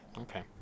Okay